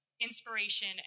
Inspiration